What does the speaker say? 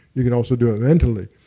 you can also do it mentally.